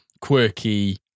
quirky